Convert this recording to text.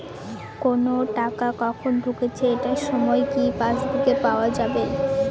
কোনো টাকা কখন ঢুকেছে এটার সময় কি পাসবুকে পাওয়া যাবে?